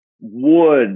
wood